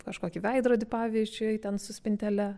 kažkokį veidrodį pavyzdžiui ten su spintele